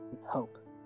hope